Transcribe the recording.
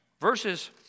verses